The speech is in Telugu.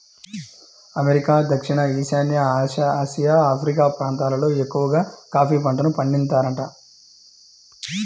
అమెరికా, దక్షిణ ఈశాన్య ఆసియా, ఆఫ్రికా ప్రాంతాలల్లో ఎక్కవగా కాఫీ పంటను పండిత్తారంట